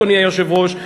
אדוני היושב-ראש,